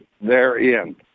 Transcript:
therein